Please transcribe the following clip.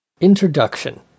Introduction